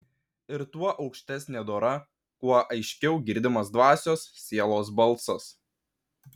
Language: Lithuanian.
ir tuo aukštesnė dora kuo aiškiau girdimas dvasios sielos balsas